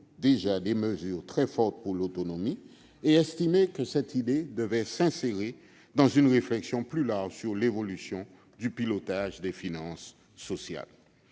déjà des mesures très fortes pour l'autonomie » et il a estimé que cette idée devait « s'insérer dans une réflexion plus large sur l'évolution du pilotage des finances sociales